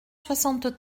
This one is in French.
soixante